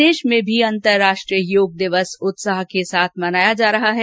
प्रदेशभर में भी अंतरराष्ट्रीय योग दिवस उत्साह के साथ मनाया जा रहा है